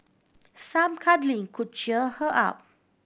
some cuddling could cheer her up